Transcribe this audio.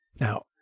Now